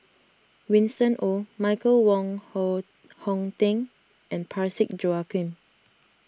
Winston Oh Michael Wong Hon Hong Teng and Parsick Joaquim